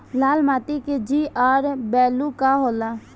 लाल माटी के जीआर बैलू का होला?